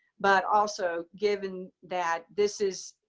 but also given that this is